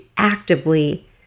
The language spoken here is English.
actively